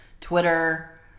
Twitter